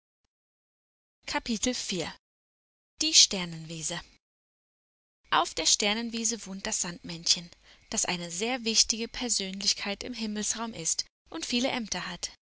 die sternenwiese auf der sternenwiese wohnt das sandmännchen das eine sehr wichtige persönlichkeit im himmelsraum ist und viele ämter hat